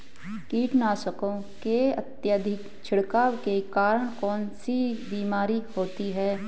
कीटनाशकों के अत्यधिक छिड़काव के कारण कौन सी बीमारी होती है?